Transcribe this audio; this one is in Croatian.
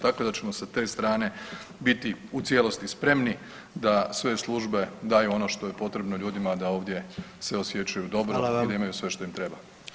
Tako da ćemo sa te strane biti u cijelosti spremni da sve službe daju ono što je potrebno ljudima da ovdje se osjećaju dobro [[Upadica: Hvala vam.]] i da imaju sve što im treba.